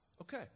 Okay